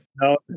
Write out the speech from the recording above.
No